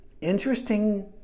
interesting